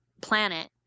planet